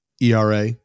ERA